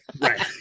Right